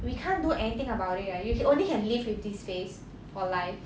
we can't do anything about it right you can only can live with this face for life